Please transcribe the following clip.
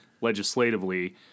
legislatively